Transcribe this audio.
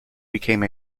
became